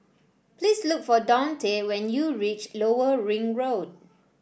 please look for Dante when you reach Lower Ring Road